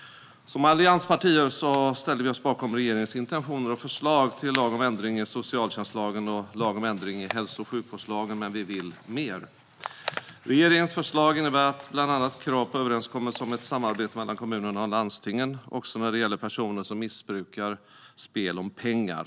Vi allianspartier ställer oss bakom regeringens intentioner och förslag till lag om ändring i socialtjänstlagen och lag om ändring i hälso och sjukvårdslagen, men vi vill mera. Regeringens förslag innebär bland annat krav på överenskommelse om ett samarbete mellan kommunerna och landstingen också när det gäller personer som missbrukar spel om pengar.